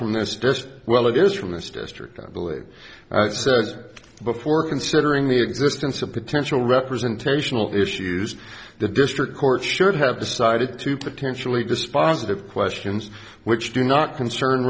from this just well it is from this district i believe i've said before considering the existence of potential representational issues the district court should have decided to potentially dispositive questions which do not concern